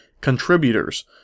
contributors